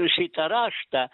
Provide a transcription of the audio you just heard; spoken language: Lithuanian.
šitą raštą